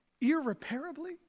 irreparably